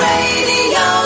Radio